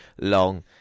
long